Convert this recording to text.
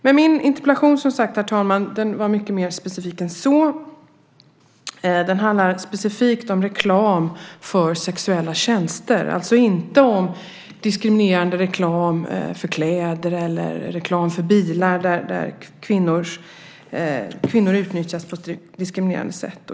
Men min interpellation är som sagt, herr talman, mycket mer specifik än så. Den handlar specifikt om reklam för sexuella tjänster, alltså inte om diskriminerande reklam för kläder eller bilar där kvinnor utnyttjas på ett diskriminerande sätt.